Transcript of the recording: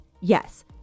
yes